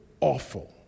awful